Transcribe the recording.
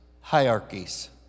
hierarchies